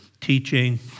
teaching